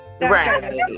Right